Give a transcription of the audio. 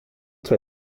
zwei